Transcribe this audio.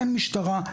אין משטרה,